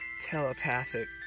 Telepathic